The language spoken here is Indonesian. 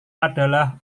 adalah